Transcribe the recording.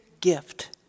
gift